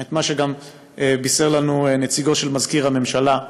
את מה שגם בישר לנו נציגו של מזכיר הממשלה,